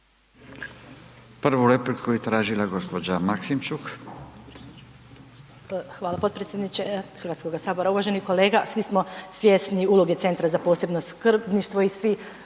Prvu repliku je tražila gospođa Maksimčuk.